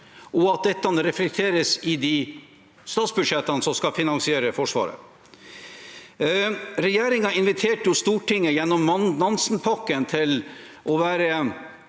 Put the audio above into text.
og at dette reflekteres i de statsbudsjettene som skal finansiere Forsvaret. Regjeringen inviterte Stortinget gjennom Nansenpakken til å være